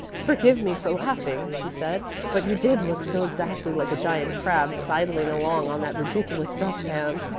forgive me for laughing, she said, but you did look so exactly like a giant crab sidling along on that ridiculous dust-pan.